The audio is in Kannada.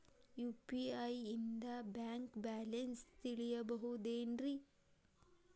ಯು.ಪಿ.ಐ ನಿಂದ ಬ್ಯಾಂಕ್ ಬ್ಯಾಲೆನ್ಸ್ ತಿಳಿಬಹುದೇನ್ರಿ?